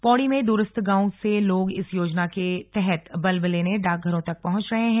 पौड़ी में दूरस्थ गांवों से लोग इस योजना के तहत बल्ब लेने डाकघरों तक पहुंच रहे हैं